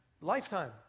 Lifetime